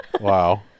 Wow